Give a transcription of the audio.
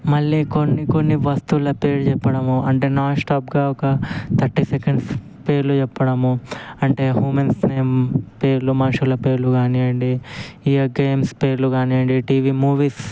మళ్ళీ కొన్ని కొన్ని వస్తువుల పేర్లు చెప్పడము అంటే నాన్స్టాప్గా ఒక థర్టీ సెకండ్స్ పేర్లు చెప్పడము అంటే హ్యూమన్స్ నేమ్ పేర్లు మనుషుల పేర్లు కానీయండి ఇక గేమ్స్ పేర్లు కానీయండి టీవీ మూవీస్